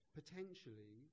potentially